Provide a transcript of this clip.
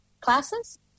classes